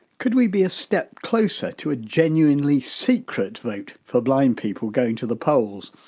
could we be a step closer to a genuinely secret vote for blind people going to the polls.